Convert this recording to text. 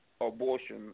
abortion